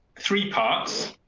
three parts.